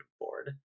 board